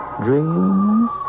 dreams